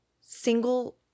single